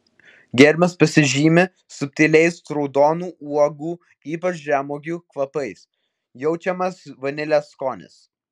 gėrimas pasižymi subtiliais raudonų uogų ypač žemuogių kvapais jaučiamas vanilės skonis